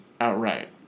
outright